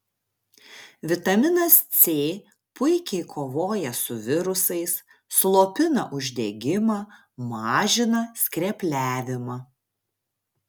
vitaminas c puikiai kovoja su virusais slopina uždegimą mažina skrepliavimą